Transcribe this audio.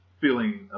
feeling